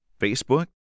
Facebook